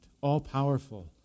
all-powerful